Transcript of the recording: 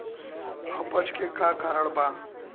अपच के का कारण बा?